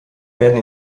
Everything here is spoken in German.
werden